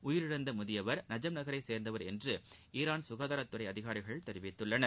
உயிரிழந்த முதியவர் நஜப் நகரை சேர்ந்தவர் என்று ஈரான் சுகாதாரத்துறை அதிகாரிகள் தெரிவித்துள்ளனர்